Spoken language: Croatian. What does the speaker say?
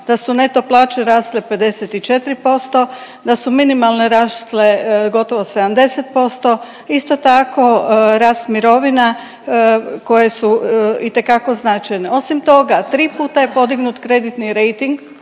da su neto plaće rasle 54%, da su minimalne rasle gotovo 70%. Isto tako rast mirovina koje su itekako značajne. Osim toga, tri puta je podignut kreditni rejting